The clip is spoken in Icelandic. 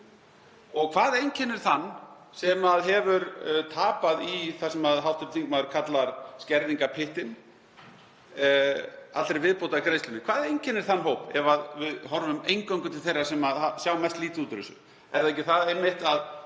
Og hvað einkennir þann hóp sem hefur tapað, í það sem hv. þingmaður kallar skerðingarpyttinn, öllum viðbótargreiðslum? Hvað einkennir þann hóp, ef við horfum eingöngu til þeirra sem sjá mest lítið út úr þessu?